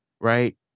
right